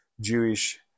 Jewish